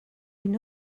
une